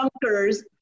bunkers